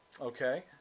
Okay